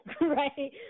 right